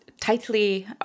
tightly